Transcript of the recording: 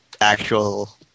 actual